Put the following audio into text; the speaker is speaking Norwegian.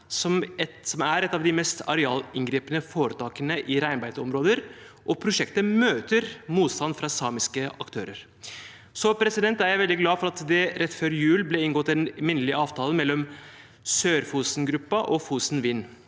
som er et av de mest arealinngripende tiltakene i reinbeiteområder, og prosjektet møter motstand fra samiske aktører. Jeg er veldig glad for at det rett før jul ble inngått en minnelig avtale mellom Sør-Fosen-gruppen og Fosen Vind.